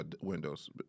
Windows